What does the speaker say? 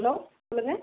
hello சொல்லுங்க